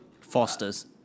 Foster's